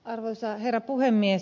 arvoisa herra puhemies